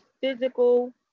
physical